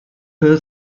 her